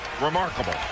Remarkable